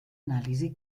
anàlisi